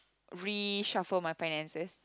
reshuffle my finances